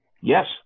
Yes